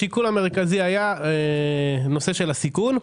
השיקול המרכזי היה נושא הסיכון.